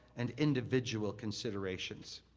and individual considerations.